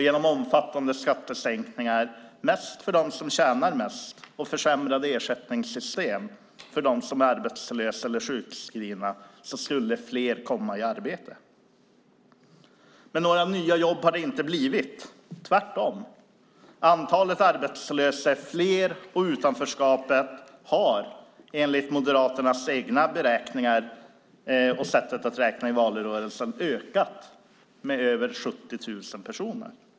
Genom omfattande skattesänkningar - mest för dem som tjänar mest - och försämrade ersättningssystem för dem som är arbetslösa eller sjukskrivna skulle fler komma i arbete. Men några nya jobb har det inte blivit - tvärtom. Antalet arbetslösa är större, och utanförskapet har enligt Moderaternas egna beräkningar och sättet att räkna i valrörelsen ökat med över 70 000 personer.